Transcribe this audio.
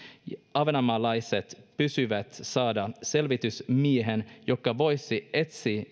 ahvenanmaalaiset pyysivät saada selvitysmiehen joka voisi etsiä